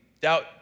Doubt